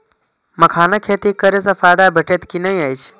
मखानक खेती करे स फायदा भेटत की नै अछि?